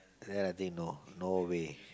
then I think no no way